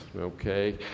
Okay